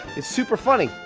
it's super funny.